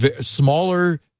smaller